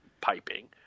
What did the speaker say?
piping